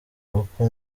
uko